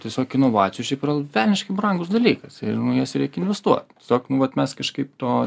tiesiog inovacijos šiaip yra velniškai brangus dalykas ir nu į jas reikia investuot tok nu vat mes kažkaip to